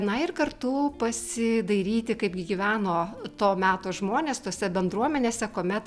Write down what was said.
na ir kartu pasidairyti kaip gi gyveno to meto žmonės tose bendruomenėse kuomet